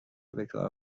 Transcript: بکار